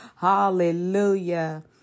Hallelujah